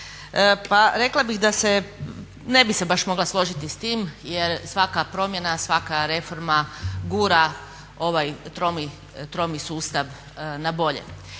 Pa rekla bih da se, ne bih se baš mogla složiti s time jer svaka promjena, svaka reforma gura ovaj tromi sustav na bolje.